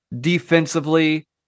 defensively